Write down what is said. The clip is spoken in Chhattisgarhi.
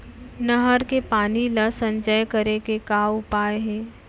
नहर के पानी ला संचय करे के का उपाय हे?